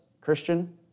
Christian